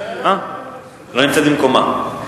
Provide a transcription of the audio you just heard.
לא נמצאת במקומה.